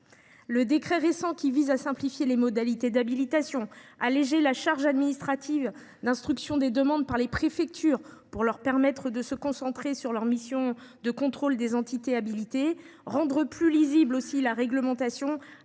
Un décret récent vise justement à simplifier les modalités d’habilitation et à alléger la charge administrative d’instruction des demandes par les préfectures, pour leur permettre de se concentrer sur leur mission de contrôle des entités habilitées et pour rendre plus lisible la réglementation